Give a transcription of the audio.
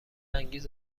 انگیز